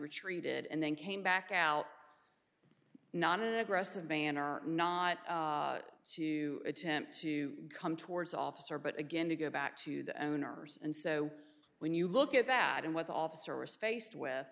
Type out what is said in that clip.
retreated and then came back out non aggressive banner not to attempt to come towards officer but again to go back to the owners and so when you look at that and what the officer was faced with